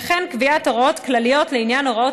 וכן קביעת הוראות כלליות לעניין הוראות